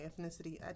ethnicity